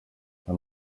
ayo